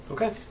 Okay